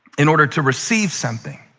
in order to receive something.